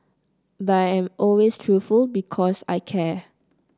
but I am always truthful because I care